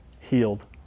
healed